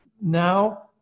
now